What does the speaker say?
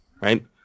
right